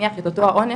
נניח את אותו האונס,